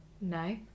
No